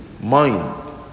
mind